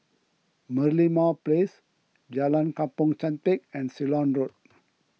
Merlimau Place Jalan Kampong Chantek and Ceylon Road